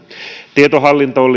tietohallintoon